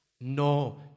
No